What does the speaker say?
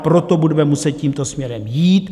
Proto budeme muset tímto směrem jít.